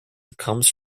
comes